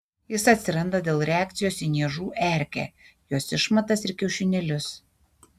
jis atsiranda dėl reakcijos į niežų erkę jos išmatas ir kiaušinėlius